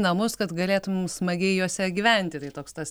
namus kad galėtum smagiai juose gyventi tai toks tas